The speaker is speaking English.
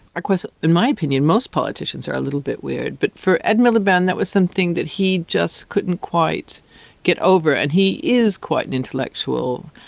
course in my opinion most politicians are a little bit weird, but for ed miliband that was something that he just couldn't quite get over. and he is quite an intellectual.